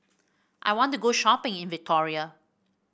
I want to go shopping in Victoria